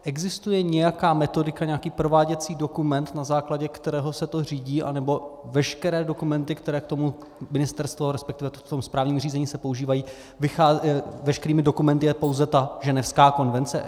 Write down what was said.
Existuje nějaká metodika, nějaký prováděcí dokument, na základě kterého se to řídí, anebo veškeré dokumenty, které k tomu ministerstvo, resp. ve správním řízení se používají, veškerými dokumenty je pouze Ženevská konvence?